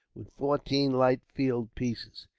with fourteen light field pieces.